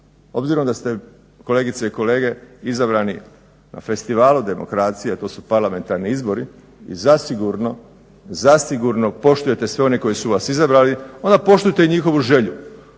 Obzirom da ste kolegice i kolege izabrani na festivalu demokracije, a to su parlamentarni izbori i zasigurno, zasigurno poštujete sve one koji su vas izabrali onda poštujte i njihovu želju,